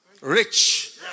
Rich